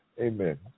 Amen